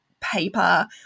paper